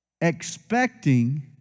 Expecting